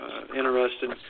Interested